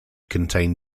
contain